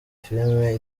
filime